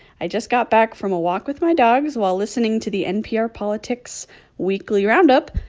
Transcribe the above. i just got back from a walk with my dogs while listening to the npr politics weekly roundup,